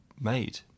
made